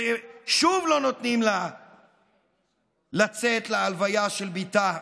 ושוב לא נותנים לה לצאת להלוויה של בתה.